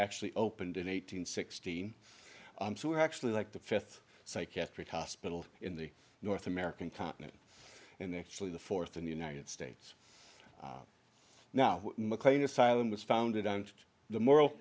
actually opened in eight hundred sixteen who were actually like the fifth psychiatric hospital in the north american continent and actually the fourth in the united states now mclean asylum was founded on just the moral